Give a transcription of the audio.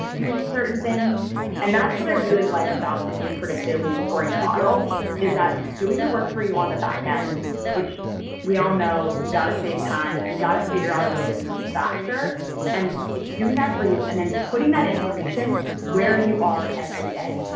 doing certain things and that's what i really like about the new predictive lead scoring model is that it's doing the work for you on the back end which we all know we got to save time we got to figure out a way to move faster and it's doing that for you and then putting that information where you are every day,